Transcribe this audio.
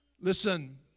Listen